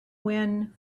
when